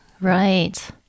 Right